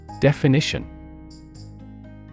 Definition